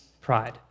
pride